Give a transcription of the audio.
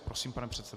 Prosím, pane předsedo.